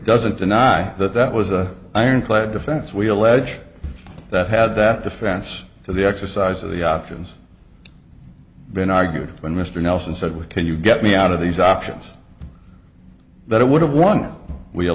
doesn't deny that that was an ironclad defense we allege that had that defense to the exercise of the options been argued when mr nelson said what can you get me out of these options that it would have won we a